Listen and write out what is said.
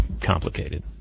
complicated